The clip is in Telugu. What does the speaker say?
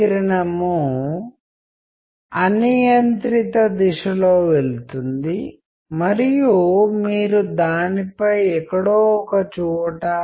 సహజంగానే వారు ఏనుగు వివిధ భాగాలను ముట్టుకున్నారు మరియు అది ఎలా ఉందనడానికి రకరకాల సమాధానాలతో ముందుకు వచ్చారు